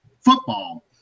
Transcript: football